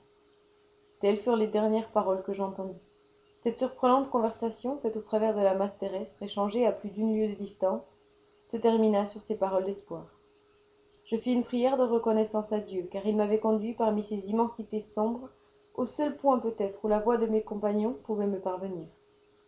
telles furent les dernières paroles que j'entendis cette surprenante conversation faite au travers de la masse terrestre échangée à plus d'une lieue de distance se termina sur ces paroles d'espoir je fis une prière de reconnaissance à dieu car il m'avait conduit parmi ces immensités sombres au seul point peut-être où la voix de mes compagnons pouvait me parvenir